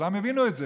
כולם הבינו את זה.